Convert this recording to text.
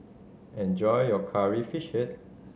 enjoy your Curry Fish Head